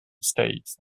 states